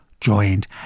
joined